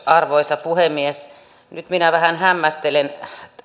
arvoisa puhemies nyt minä vähän hämmästelen